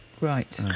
Right